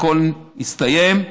הכול יסתיים,